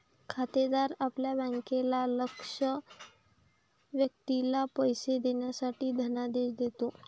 खातेदार आपल्या बँकेला लक्ष्य व्यक्तीला पैसे देण्यासाठी धनादेश देतो